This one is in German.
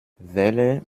wähle